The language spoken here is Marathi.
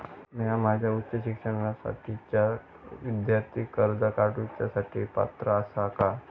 म्या माझ्या उच्च शिक्षणासाठीच्या विद्यार्थी कर्जा काडुच्या साठी पात्र आसा का?